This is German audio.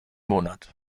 monat